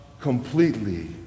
completely